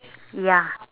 ya